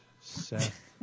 seth